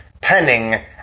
Penning